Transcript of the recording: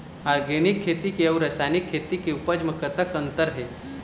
Organic खेती के अउ रासायनिक खेती के उपज म कतक अंतर हे?